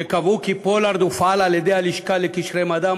שקבעו כי פולארד הופעל על-ידי הלשכה לקשרי מדע,